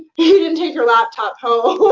you didn't take your laptop home